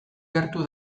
gertu